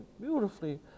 beautifully